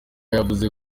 yavuze